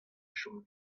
chom